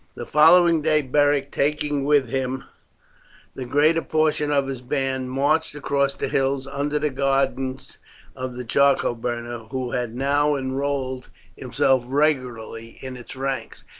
the following day beric, taking with him the greater portion of his band, marched across the hills under the guidance of the charcoal burner, who had now enrolled himself regularly in its ranks,